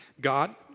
God